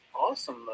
awesome